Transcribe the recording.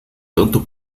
tanto